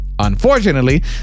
Unfortunately